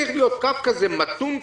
צריך להיות קו מתון,